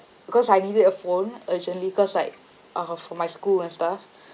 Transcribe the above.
because I needed a phone urgently cause like uh was for my school and stuff